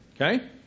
Okay